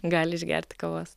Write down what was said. gali išgerti kavos